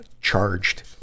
charged